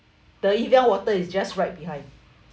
the evian water is just right behind